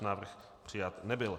Návrh přijat nebyl.